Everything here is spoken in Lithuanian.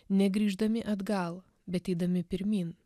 ne grįždami atgal bet eidami pirmyn